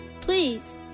Please